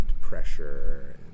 pressure